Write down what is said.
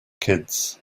kids